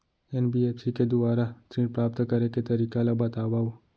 NBFC के दुवारा ऋण प्राप्त करे के तरीका ल बतावव?